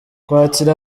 kwakira